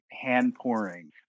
hand-pouring